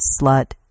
slut